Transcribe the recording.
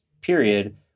period